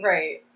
Right